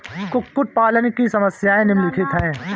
कुक्कुट पालन की समस्याएँ निम्नलिखित हैं